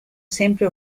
sempre